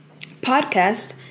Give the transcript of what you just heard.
podcast